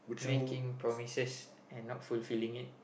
making promises and not fulfilling it